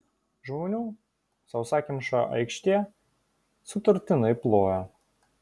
žmonių sausakimša aikštė sutartinai plojo